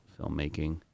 filmmaking